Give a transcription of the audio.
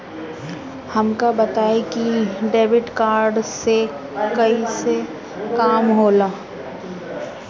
हमका बताई कि डेबिट कार्ड से कईसे काम होला?